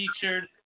featured